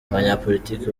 abanyapolitiki